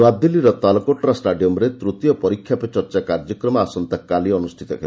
ନୂଆଦିଲ୍ଲୀର ତାଲକୋଟରା ଷ୍ଟାଡିୟମ୍ରେ ତୃତୀୟ ପରୀକ୍ଷା ପେ ଚର୍ଚ୍ଚା କାର୍ଯ୍ୟକ୍ରମ ଆସନ୍ତାକାଲି ଅନୁଷ୍ଠିତ ହେବ